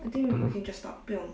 (uh huh)